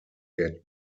get